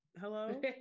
Hello